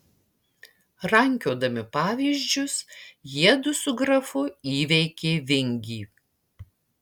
rankiodami pavyzdžius jiedu su grafu įveikė vingį